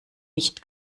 nicht